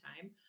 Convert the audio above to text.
time